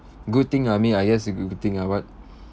good thing ah I mean I guess uh good thing ah but